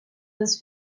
his